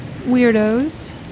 weirdos